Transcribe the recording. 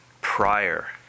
prior